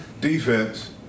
defense